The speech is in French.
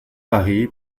paris